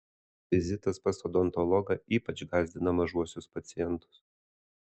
vizitas pas odontologą ypač gąsdina mažuosius pacientus